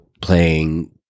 playing